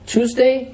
Tuesday